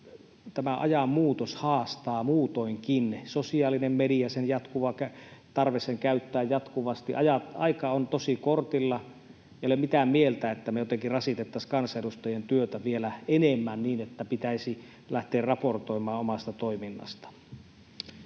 tämä ajan muutos haastaa muutoinkin, sosiaalinen media, jatkuva tarve sitä käyttää, jatkuvasti aika on tosi kortilla. Ei ole mitään mieltä, että me jotenkin rasitettaisiin kansanedustajien työtä vielä enemmän niin, että pitäisi lähteä raportoimaan omasta toiminnasta.